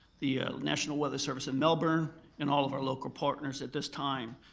the national weather service in melbourne and all of our local partners at this time.